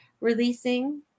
releasing